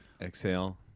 Exhale